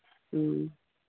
ꯎꯝ